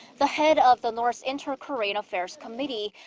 the head of the north's inter-korean affairs committee.